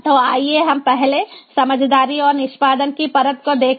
तो आइए हम पहले समझदारी और निष्पादन की परत को देखें